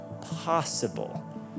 possible